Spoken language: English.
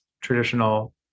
traditional